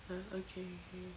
ah ookay ookay